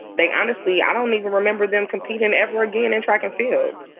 they honestly, i don't even remember them competing ever again in track and field.